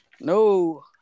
No